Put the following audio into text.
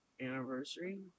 anniversary